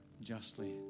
justly